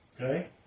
Okay